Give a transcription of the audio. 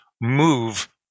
move